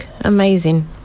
Amazing